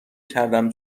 کردم